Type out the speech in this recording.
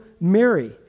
Mary